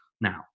Now